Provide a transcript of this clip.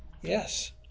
Yes